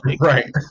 Right